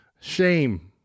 shame